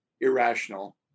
irrational